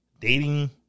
dating